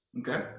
Okay